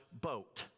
boat